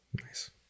Nice